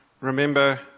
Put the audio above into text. remember